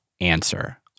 answer